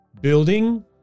building